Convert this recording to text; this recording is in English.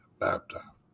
laptop